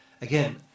Again